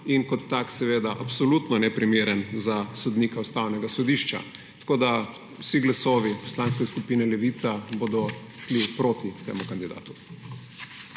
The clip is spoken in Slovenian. in kot tak absolutno neprimeren za sodnika Ustavnega sodišča. Vsi glasovi Poslanske skupine Levica bodo šli proti temu kandidatu.